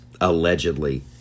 allegedly